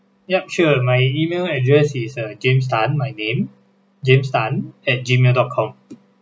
yup sure my email address is a james tan my name james tanat gmail dot com